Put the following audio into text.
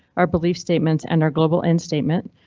our belief statements and our global end statement.